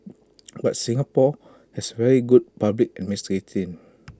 but Singapore has very good public administrating